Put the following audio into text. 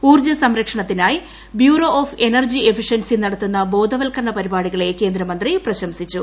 ഊർജ്ജ സംരക്ഷണത്തിനായി bureau of energy efficiency നടത്തുന്ന ബോധവൽക്കരണ പരിപാടികളെ കേന്ദ്രമന്ത്രി പ്രശംസിച്ചു